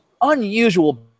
unusual